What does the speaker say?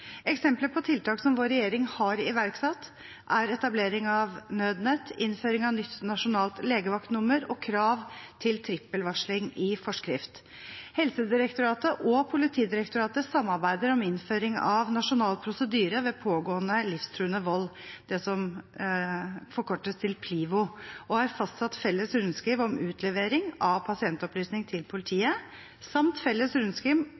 Eksempler på tiltak som vår regjering har iverksatt, er etablering av nødnett, innføring av nytt nasjonalt legevaktnummer og krav til trippelvarsling i forskrift. Helsedirektoratet og Politidirektoratet samarbeider om innføring av nasjonal prosedyre ved pågående livstruende vold, det som forkortes til PLIVO, og har fastsatt felles rundskriv om utlevering av pasientopplysninger til politiet samt felles